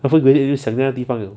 after you graduate 就想那个地方 liao